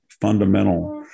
fundamental